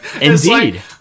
Indeed